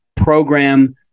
Program